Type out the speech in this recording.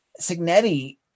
Signetti